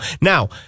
Now